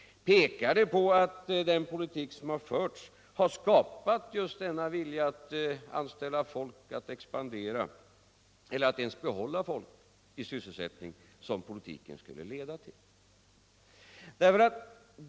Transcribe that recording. Pekar detta på att den politik som förts har skapat en vilja att anställa folk och att expandera — eller att ens behålla folk i sysselsättning? Det var ju det som politiken skulle leda till.